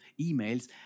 emails